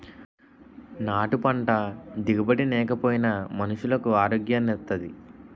నాటు పంట దిగుబడి నేకపోయినా మనుసులకు ఆరోగ్యాన్ని ఇత్తాది